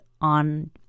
on